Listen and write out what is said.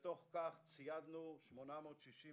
בתוך כך ציידנו 867